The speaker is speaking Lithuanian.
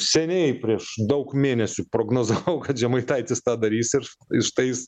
seniai prieš daug mėnesių prognozavau kad žemaitaitis tą darys ir ir štai jis